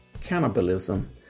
cannibalism